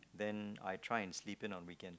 then I try and sleep in on weekend